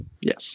yes